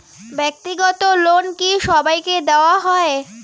ব্যাক্তিগত লোন কি সবাইকে দেওয়া হয়?